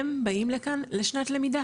הם באים לכאן לשנת למידה